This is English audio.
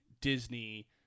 Disney